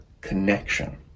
connection